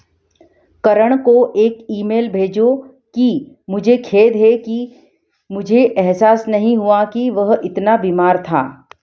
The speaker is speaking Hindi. करण को एक ईमेल भेजो कि मुझे खेद है कि मुझे एहसास नहीं हुआ कि वह इतना बीमार था